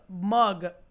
mug